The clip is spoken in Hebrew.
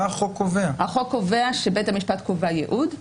החוק קובע שבית המשפט קובע ייעוד,